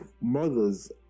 mothers